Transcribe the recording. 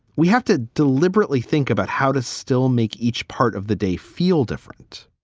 we have to deliberately think about how to still make each part of the day feel different.